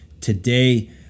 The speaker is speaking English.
today